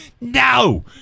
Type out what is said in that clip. No